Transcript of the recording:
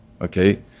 okay